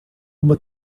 uma